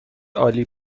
عالی